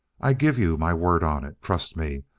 i give you my word on it. trust me,